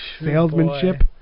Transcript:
salesmanship